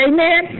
Amen